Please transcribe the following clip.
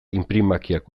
inprimakiak